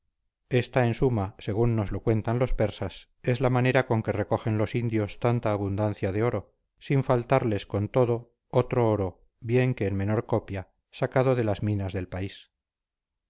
esta en suma según nos lo cuentan los persas es la manera con que recogen los indios tanta abundancia de oro sin faltarles con todo otro oro bien que en menor copia sacado de las minas del país